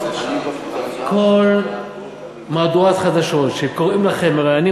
כל מהדורת חדשות שקוראים לכם ומראיינים